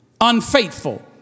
unfaithful